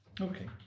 Okay